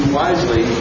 wisely